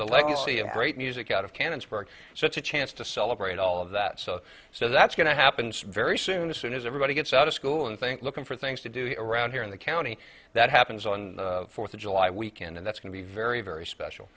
the legacy of great music out of canada so it's a chance to celebrate all of that so so that's going to happen very soon as soon as everybody gets out of school and things looking for things to do around here in the county that happens on the fourth of july week and that's going to be very very